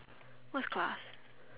what's glass